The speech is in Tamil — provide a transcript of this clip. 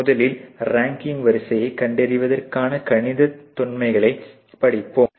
முதலில் ரங்கிங் வரிசையை கண்டறிவதற்கான கணித தொன்மங்களை படிப்போம்